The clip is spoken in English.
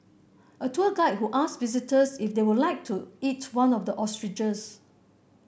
a tour guide who asked visitors if they would like to eat one of the ostriches